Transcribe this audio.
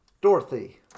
Dorothy